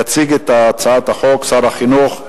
יציג את הצעת החוק שר החינוך.